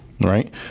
Right